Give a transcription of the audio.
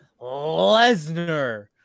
Lesnar